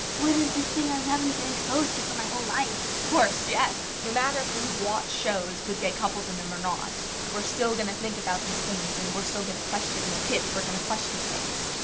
what is this thing i haven't been exposed to for my whole life? of course, yes. no matter if we watch shows with gay couples in them or not, we're still gonna think about these things and we're still gonna question. we're kids. we're gonna question things.